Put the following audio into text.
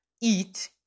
eat